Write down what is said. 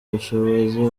ubushobozi